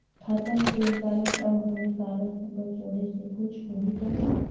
खाता मे PAN card और हव कारड नंबर जोड़े से कुछ होही तो नइ?